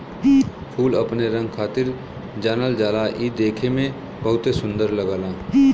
फूल अपने रंग खातिर जानल जाला इ देखे में बहुते सुंदर लगला